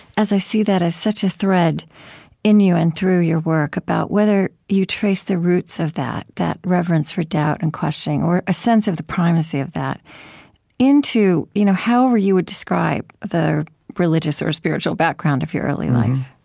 as i see that as such a thread in you and through your work, about whether you trace the roots of that that reverence for doubt and questioning, or a sense of the primacy of that into you know however you would describe the religious or spiritual background of your early life